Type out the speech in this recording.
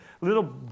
little